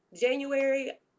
January